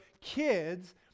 kids